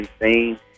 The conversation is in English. Insane